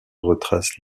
retrace